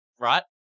right